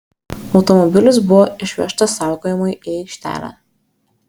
automobilis buvo išvežtas saugojimui į aikštelę